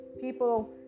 people